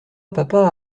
papa